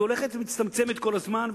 היא הולכת ומצטמצמת כל הזמן,